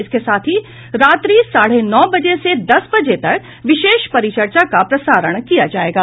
इसके साथ ही रात्रि साढ़े नौ बजे से दस बजे तक विशेष परिचर्चा का प्रसारण किया जायेगा